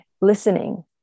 listening